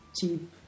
cheap